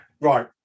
Right